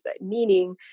Meaning